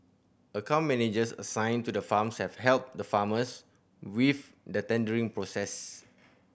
account managers assigned to the farms have helped the farmers with the tendering process